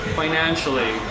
financially